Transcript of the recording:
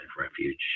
Refuge